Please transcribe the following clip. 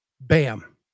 Bam